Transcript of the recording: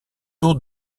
tour